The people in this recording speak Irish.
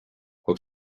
thug